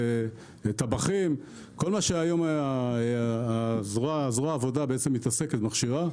טבחים; כל מה שהזרוע לעבודה מכשירה,